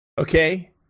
okay